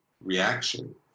reaction